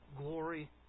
glory